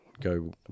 go